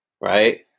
right